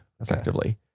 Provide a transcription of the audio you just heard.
effectively